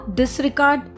disregard